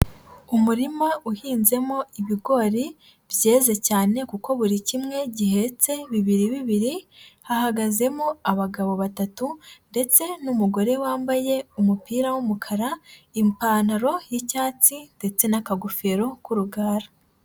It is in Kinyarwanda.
Umurima uhinzemo ibigori byeze cyane, kuko buri kimwe gihetse bibiri bibiri, hahagazemo abagabo batatu, ndetse n'umugore wambaye umupira w'umukara, ipantaro y'icyatsi, ndetse n'akagofero k'urugara.